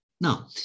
Now